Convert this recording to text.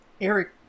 Eric